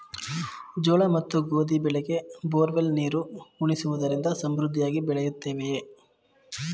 ಜೋಳ ಮತ್ತು ಗೋಧಿ ಬೆಳೆಗೆ ಬೋರ್ವೆಲ್ ನೀರು ಉಣಿಸುವುದರಿಂದ ಸಮೃದ್ಧಿಯಾಗಿ ಬೆಳೆಯುತ್ತದೆಯೇ?